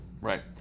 Right